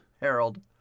Harold